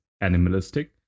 animalistic